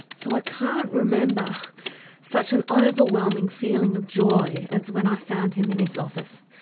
so i can't remember such an overwhelming feeling of joy as when i found him in his office,